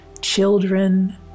children